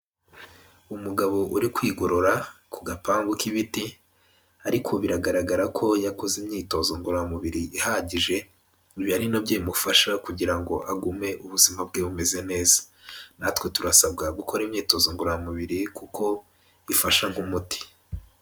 Umugabo uri kwigorora ku gapangu k'ibiti ariko biragaragara ko yakoze imyitozo ngororamubiri ihagije, biba ari nabyo bimufasha kugira ngo agume ubuzima bwe bumeze neza, natwe turasabwa gukora imyitozo ngororamubiri kuko bifasha nk'umuti.